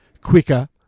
quicker